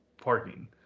parking